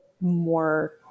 more